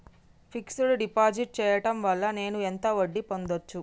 Fix డ్ deposit చేయటం వల్ల నేను ఎంత వడ్డీ పొందచ్చు?